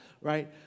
right